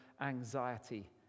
anxiety